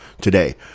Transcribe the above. today